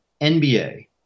nba